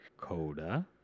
Coda